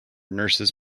nurses